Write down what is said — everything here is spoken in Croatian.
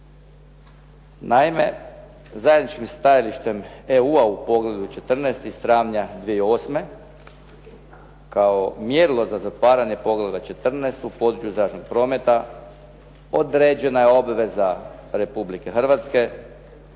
Naime, zajedničkim stajalištem EU-a u poglavlju 14. iz travnja 2008. kao mjerilo za zatvaranje poglavlja 14. u području zračnog prometa određena je obveza Republike Hrvatske